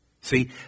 See